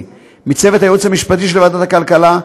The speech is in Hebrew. מצוות הייעוץ המשפטי של ועדת הכלכלה,